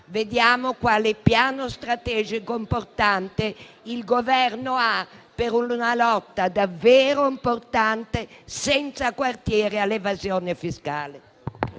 vediamo quale piano strategico importante il Governo ha per una lotta davvero importante, senza quartiere all'evasione fiscale.